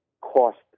cost